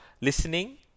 listening